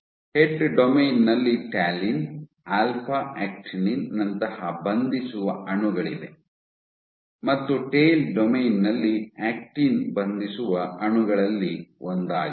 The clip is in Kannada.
ಹೆಡ್ ಡೊಮೇನ್ ನಲ್ಲಿ ಟ್ಯಾಲಿನ್ ಆಲ್ಫಾ ಆಕ್ಟಿನಿನ್ ನಂತಹ ಬಂಧಿಸುವ ಅಣುಗಳಿವೆ ಮತ್ತು ಟೈಲ್ ಡೊಮೇನ್ ನಲ್ಲಿ ಆಕ್ಟಿನ್ ಬಂಧಿಸುವ ಅಣುಗಳಲ್ಲಿ ಒಂದಾಗಿದೆ